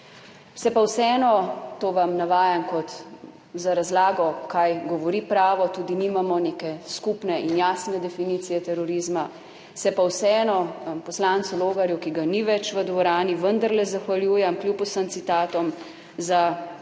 Se pa vseeno, to vam navajam kot za razlago, kaj govori pravo, tudi nimamo neke skupne in jasne definicije terorizma. Se pa vseeno poslancu Logarju, ki ga ni več v dvorani, vendarle zahvaljujem kljub vsem citatom za relativno